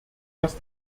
dass